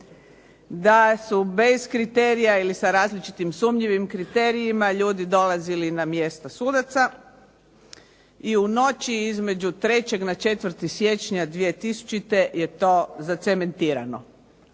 da su bez kriterija i sa različitim sumnjivim kriterijima ljudi dolazili na mjesto sudaca i u noći između 3. na 4. siječnja 2000. je to zacementirano.